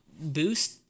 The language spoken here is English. Boost